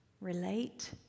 relate